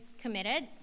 committed